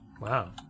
wow